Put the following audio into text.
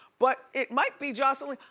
but it might be joseline,